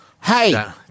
Hey